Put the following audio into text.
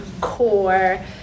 core